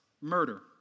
Murder